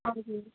हजुर